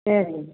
சரிங்க